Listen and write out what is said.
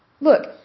Look